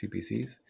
CPCs